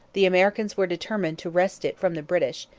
the americans were determined to wrest it from the british,